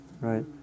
right